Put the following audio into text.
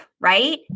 right